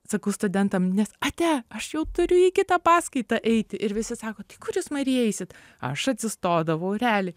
sakau studentam ate aš jau turiu į kitą paskaitą eiti ir visi sako tai kur jūs marija eisit aš atsistodavau realiai